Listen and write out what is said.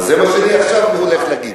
זה מה שאני עכשיו הולך להגיד.